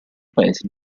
paesi